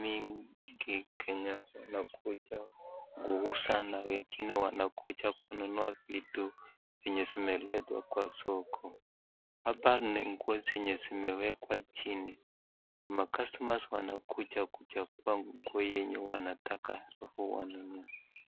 mingi Kenya wanakuja kuuza na wengine wanakuja kununua vitu zenye zimeletwa kwa soko, hapa ni nguo zenye zimewekwa chini, macustomers wanakuja kuchagua nguo yenye wanataka wanunue.